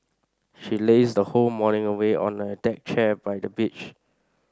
she lazed her whole morning away on a deck chair by the beach